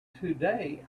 today